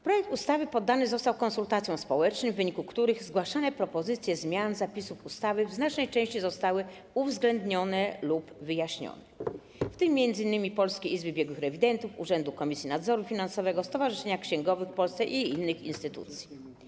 Projekt ustawy poddany został konsultacjom społecznym - w wyniku których zgłaszane propozycje zmian zapisów ustawy w znacznej części zostały uwzględnione lub wyjaśnione - w tym m.in. Polskiej Izby Biegłych Rewidentów, Urzędu Komisji Nadzoru Finansowego, Stowarzyszenia Księgowych w Polsce i innych instytucji.